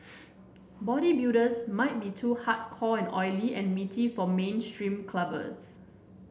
bodybuilders might be too hardcore and oily and meaty for mainstream clubbers